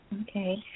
Okay